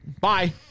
Bye